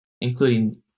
including